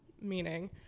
meaning